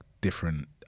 different